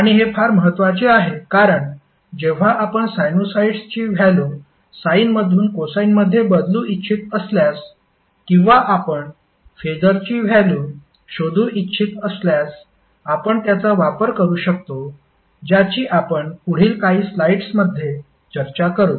आणि हे फार महत्वाचे आहे कारण जेव्हा आपण साइनुसॉईड्सची व्हॅल्यु साइन मधून कोसाइनमध्ये बदलू इच्छित असल्यास किंवा आपण फेसरची व्हॅल्यु शोधू इच्छित असल्यास आपण त्याचा वापर करू शकतो ज्याची आपण पुढील काही स्लाइड्समध्ये चर्चा करू